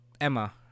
Emma